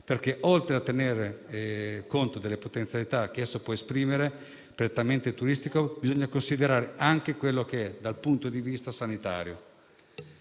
oltre a tenere conto delle potenzialità che può esprimere, prettamente turistiche, bisogna considerare anche ciò che rappresenta dal punto di vista sanitario.